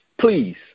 please